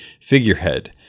figurehead